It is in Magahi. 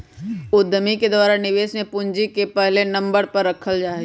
उद्यमि के द्वारा निवेश में पूंजी के पहले नम्बर पर रखल जा हई